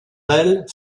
d’elle